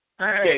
Okay